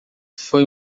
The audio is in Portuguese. foi